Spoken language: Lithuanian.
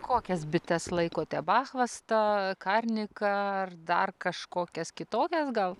kokias bites laikote bachvastą karniką ar dar kažkokias kitokias gal